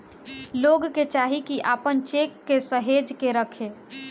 लोग के चाही की आपन चेक के सहेज के रखे